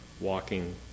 walking